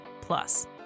Plus